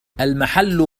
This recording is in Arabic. المحل